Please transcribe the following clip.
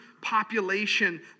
population